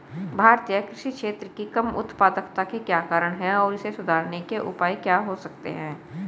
भारतीय कृषि क्षेत्र की कम उत्पादकता के क्या कारण हैं और इसे सुधारने के उपाय क्या हो सकते हैं?